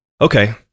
okay